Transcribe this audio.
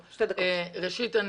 ראשית,